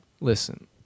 Listen